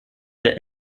der